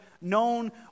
known